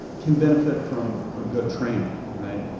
can benefit from from good training.